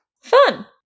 Fun